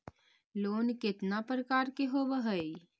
Loan केतना प्रकार के होव हइ?